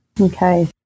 Okay